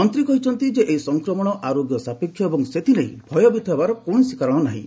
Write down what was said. ମନ୍ତ୍ରୀ କହିଛନ୍ତି ଏହି ସଂକ୍ରମଣ ଆରୋଗ୍ୟ ସାପେକ୍ଷ ଏବଂ ଏଥିନେଇ ଭୟଭୀତ ହେବାର କୌଣସି କାରଣ ନାହିଁ